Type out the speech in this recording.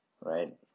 right